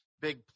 big